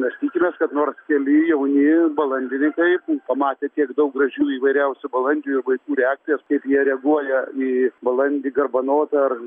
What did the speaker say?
mes tikimės kad nors keli jauni balandininkai pamatę kiek daug gražių įvairiausių balandžių ir vaikų reakcijas kaip jie reaguoja į balandį garbanotą ar